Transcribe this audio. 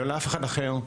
לא אף אחד אחר,